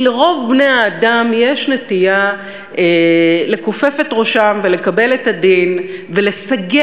כי לרוב בני האדם יש נטייה לכופף את ראשם ולקבל את הדין ולסגל